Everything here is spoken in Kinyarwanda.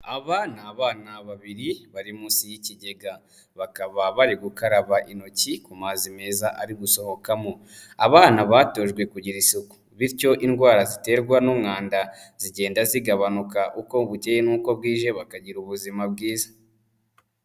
Abana ni abana babiri bari munsi y'ikigega, bakaba bari gukaraba intoki ku mazi meza ari gusohokamo, abana batojwe kugira isuku bityo indwara ziterwa n'umwanda zigenda zigabanuka uko bukeye n'uko bwije bakagira ubuzima bwiza.